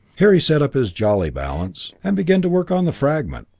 here he set up his jolly balance, and began to work on the fragment.